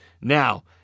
Now